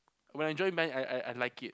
when I join band I I I like it